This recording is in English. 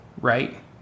Right